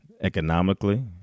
economically